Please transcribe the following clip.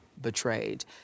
betrayed